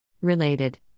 Related